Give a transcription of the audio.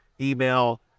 email